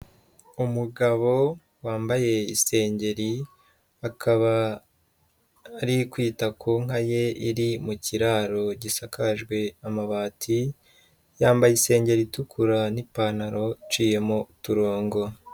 Umugabo wambaye isengeri akaba ari kwita ku nka ye iri mu kiraro gisakajwe amabati, yambaye isengeri itukura n'ipantaro iciyemo uturongo.